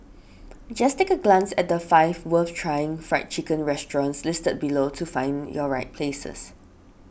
just take a glance at the five worth trying Fried Chicken restaurants listed below to find your right places